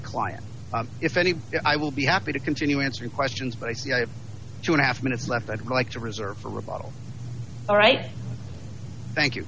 client if any i will be happy to continue answering questions but i see i have two and a half minutes left i'd like to reserve for rebuttal all right thank you